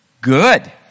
Good